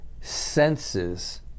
senses